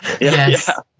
Yes